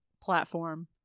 platform